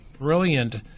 brilliant